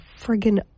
friggin